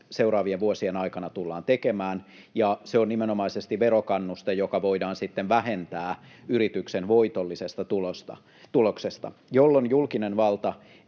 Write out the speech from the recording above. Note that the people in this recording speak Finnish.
seuraavien vuosien aikana tullaan tekemään, ja se on nimenomaisesti verokannuste, joka voidaan sitten vähentää yrityksen voitollisesta tuloksesta, jolloin julkinen valta